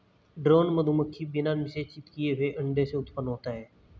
drone मधुमक्खी बिना निषेचित किए हुए अंडे से उत्पन्न होता है